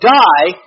die